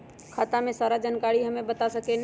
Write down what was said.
खाता के सारा जानकारी हमे बता सकेनी?